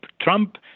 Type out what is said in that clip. Trump